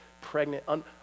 pregnant